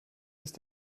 ist